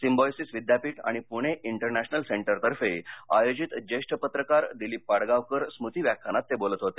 Symbiosis विद्यापीठ आणि Pune international सेंटरतर्फे आयोजित ज्येष्ठ पत्रकार दिलीप पाडगावकर स्मृती व्याख्यानात ते बोलत होते